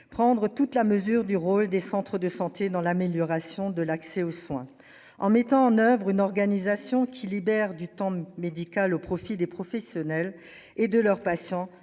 prendre toute la mesure du rôle des centres de santé dans l'amélioration de l'accès aux soins en mettant en oeuvre une organisation qui libère du temps médical au profit des professionnels et de leurs patients.